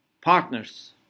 partners